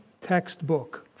textbook